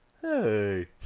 Hey